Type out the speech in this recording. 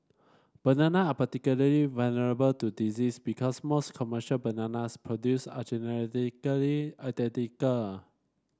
banana are particularly vulnerable to disease because most commercial bananas produced are genetically identical